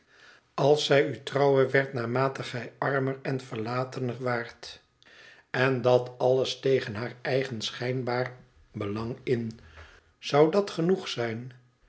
als zij u trouwer werd naarmate gij armer en verlatener waart en dat alles tegen haar eigen schijnbaar belang in zou dat genoeg zijn